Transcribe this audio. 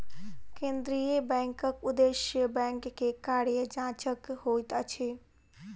केंद्रीय बैंकक उदेश्य बैंक के कार्य जांचक होइत अछि